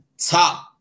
top